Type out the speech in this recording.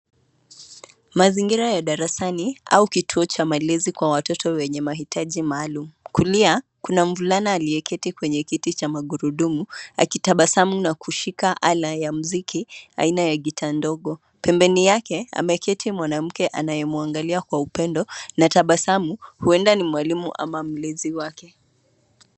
Mazingira ya darasani, au kituo cha malezi kwa watoto wenye mahitaji maalumu. Kulia, kuna mvulana aliyeketi kwenye kiti cha magurudumu, akitabasamu na kushika ala ya muziki, aina ya gitaa ndogo. Pembeni yake, ameketi mwanamke anayemwangalia kwa upendo, na tabasamu, huenda ni mwalimu ama mlezi wake.